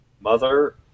Mother